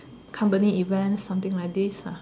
company events something like this ah